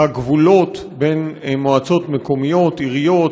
הגבולות בין מועצות מקומיות, עיריות,